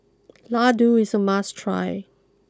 Ladoo is a must try